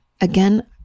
Again